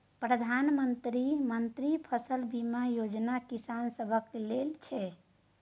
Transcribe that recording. प्रधानमंत्री मन्त्री फसल बीमा योजना किसान सभक लेल छै